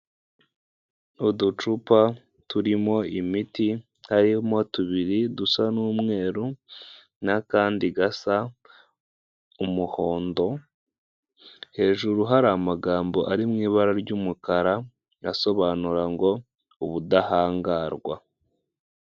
Uducupa turimo imiti harimo tubiri dusa n'umweru n'akandi gasa umuhondo hejuru hari amagambo ari mu ibara ry'umukara yasobanura ngo ubudahangarwa.